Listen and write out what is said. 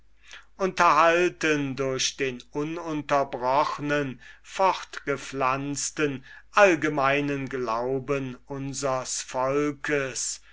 unterhalten durch den ununterbrochnen fortgepflanzten allgemeinen glauben unsers volkes